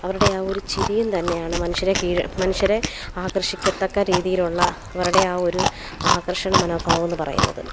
അവരുടെ ആ ഒരു ചിരിയും തന്നെയാണ് മനുഷ്യരെ കീഴ മനുഷ്യരെ ആകർഷിക്കത്തക്ക രീതിയിലുള്ള അവരുടെ ആ ഒരു ആകർഷണ മനോഭാവമെന്ന് പറയുന്നത്